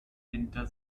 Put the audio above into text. winter